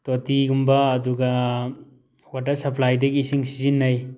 ꯇꯣꯇꯤꯒꯨꯝꯕ ꯑꯗꯨꯒ ꯋꯥꯇꯔ ꯁꯄ꯭ꯂꯥꯏꯗꯒꯤ ꯏꯁꯤꯡ ꯁꯤꯖꯤꯟꯅꯩ